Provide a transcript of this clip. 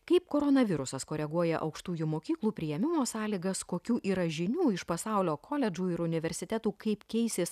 kaip koronavirusas koreguoja aukštųjų mokyklų priėmimo sąlygas kokių yra žinių iš pasaulio koledžų ir universitetų kaip keisis